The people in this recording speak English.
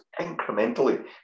incrementally